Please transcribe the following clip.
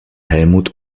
helmut